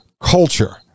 culture